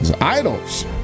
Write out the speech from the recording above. idols